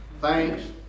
Thanks